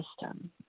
system